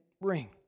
ring